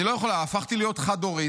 אני לא יכולה, הפכתי להיות חד-הורית.